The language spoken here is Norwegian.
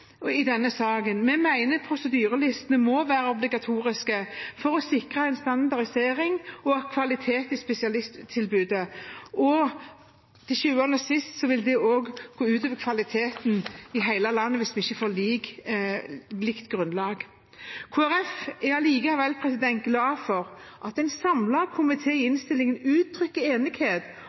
i denne saken, og vi mener at prosedyrelistene må være obligatoriske for å sikre standardisering og kvalitet i spesialisttilbudet. Til syvende og sist vil det gå ut over kvaliteten i hele landet hvis vi ikke får et likt grunnlag. Kristelig Folkeparti er likevel glad for at en samlet komité i innstillingen uttrykker enighet